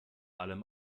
allem